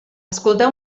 escolteu